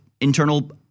internal –